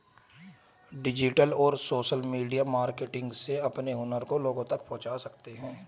digital और social media marketing से अपने हुनर को लोगो तक पहुंचा सकते है